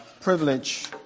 privilege